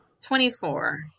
Twenty-four